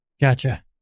Gotcha